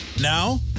Now